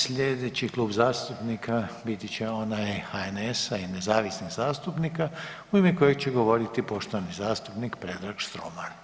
Sljedeći klub zastupnika biti će onaj HNS-a i nezavisnih zastupnika u ime kojeg će govoriti poštovani zastupnik Predrag Štromar.